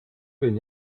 wen